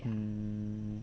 mm